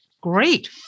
Great